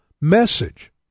message